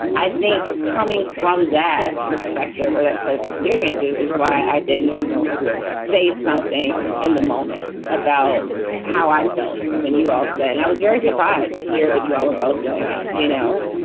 i think coming from that perspective or that set of experiences is why i didn't say something in the moment about how i felt when you all said and i was very surprised to hear that you were both doing it, you know.